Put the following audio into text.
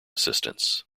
assistants